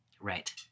Right